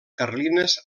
carlines